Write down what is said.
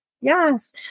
Yes